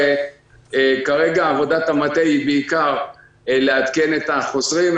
כרגע עבודת המטה היא בעיקר לעדכן את החוזרים,